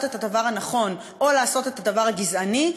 את הדבר הנכון או לעשות את הדבר הגזעני,